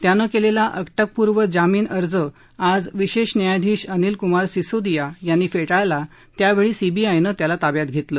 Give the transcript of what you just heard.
त्यानं केलेला अटकपुर्व जामीन अर्ज आज विशेष न्यायाधीश अनिल कुमार सिसोदिया यांनी फेटाळला त्यावेळी सीबीआय नं त्याला ताब्यात घेतलं